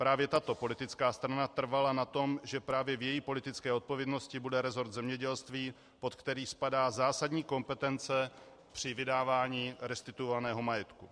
Právě tato politická strana trvala na tom, že právě v její politické odpovědnosti bude rezort zemědělství, pod který spadá zásadní kompetence při vydávání restituovaného majetku.